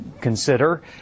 consider